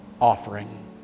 offering